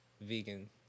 vegan